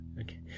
Okay